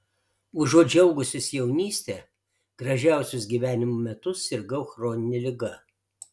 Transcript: užuot džiaugusis jaunyste gražiausius gyvenimo metus sirgau chronine liga